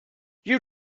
you